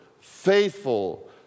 faithful